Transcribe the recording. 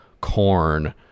corn